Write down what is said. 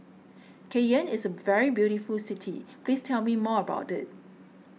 Cayenne is a very beautiful city please tell me more about it